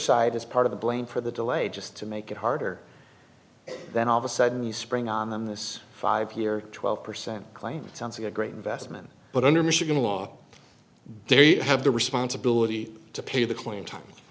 side is part of the blame for the delay just to make it harder then all of a sudden you spring on them this five here twelve percent claim it sounds like a great investment but under michigan law there you have the responsibility to pay the claim